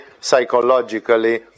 psychologically